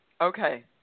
Okay